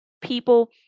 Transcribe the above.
people